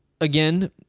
Again